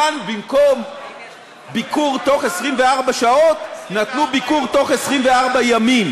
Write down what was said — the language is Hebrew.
כאן במקום ביקור תוך 24 שעות נתנו ביקור תוך 24 ימים.